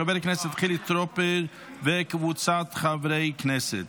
של חבר הכנסת חילי טרופר וקבוצת חברי הכנסת.